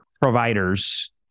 providers